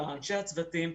לאנשי הצוותים,